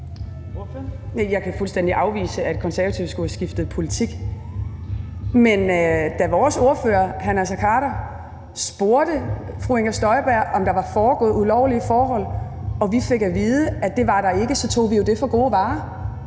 Jeg kan fuldstændig afvise, at Konservative skulle have skiftet politik. Men da vores ordfører hr. Naser Khader spurgte fru Inger Støjberg, om der var foregået ulovlige forhold, og vi fik at vide, at det var der ikke, så tog vi det jo for gode varer.